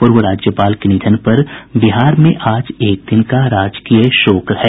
पूर्व राज्यपाल के निधन पर बिहार में आज एक दिन का राजकीय शोक है